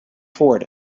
toward